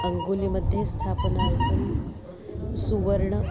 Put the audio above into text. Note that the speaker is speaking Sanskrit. अङ्गुलीमध्ये स्थापनार्थं सुवर्णं